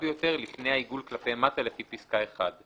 ביותר לפני העיגול כלפי מטה לפי פסקה (1);